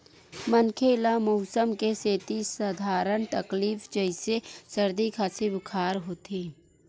मनखे ल मउसम के सेती सधारन तकलीफ जइसे सरदी, खांसी, बुखार होथे